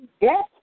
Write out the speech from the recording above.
Yes